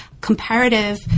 comparative